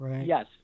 Yes